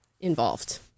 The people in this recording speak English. involved